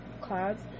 clouds